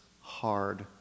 hard